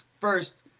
first